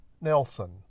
Nelson